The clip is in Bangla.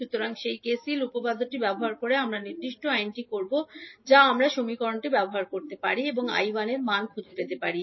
সুতরাং সেই কেসিএল উপপাদ্যটি ব্যবহার করে আমরা নির্দিষ্ট আইনটি করব যা আমরা সমীকরণটি ব্যবহার করতে পারি এবং I 1 এর মান খুঁজে পেতে পারি